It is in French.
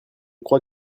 crois